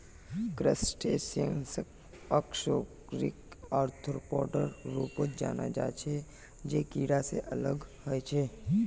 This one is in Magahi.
क्रस्टेशियंसक अकशेरुकी आर्थ्रोपोडेर रूपत जाना जा छे जे कीडा से अलग ह छे